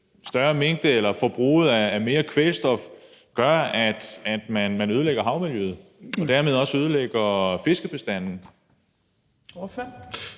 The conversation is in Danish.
større mængde kvælstof gør, at man ødelægger havmiljøet og dermed også ødelægger fiskebestandene?